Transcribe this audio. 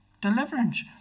deliverance